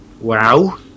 wow